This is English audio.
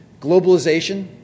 Globalization